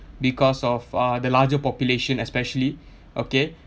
because of uh the larger population especially okay